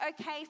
okay